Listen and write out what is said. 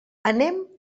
anem